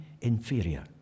inferior